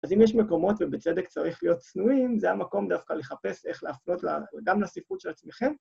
אז אם יש מקומות ובצדק צריך להיות צנועים, זה המקום דווקא לחפש איך להפנות גם לספרות של עצמכם.